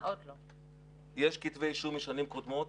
יש כתבי אישום משנים קודמות,